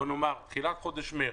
תחילת חודש מרץ,